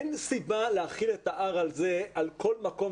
אין סיבה להחיל את מקדם ההדבקה על כל האוכלוסייה,